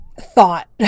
thought